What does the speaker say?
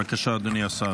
בבקשה, אדוני השר.